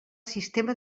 sistema